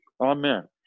Amen